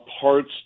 parts